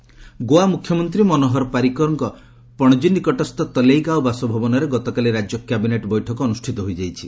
Parrikar meet Goa ମୁଖ୍ୟମନ୍ତ୍ରୀ ମନୋହର ପାରିକରଙ୍କ ପଣଜି ନିକଟସ୍ଥ ତଲେଇଗାଓ ବାସଭବନରେ ଗତକାଲି ରାଜ୍ୟ କ୍ୟାବିନେଟ୍ ବୈଠକ ଅନ୍ତର୍ଷିତ ହୋଇଯାଇଛି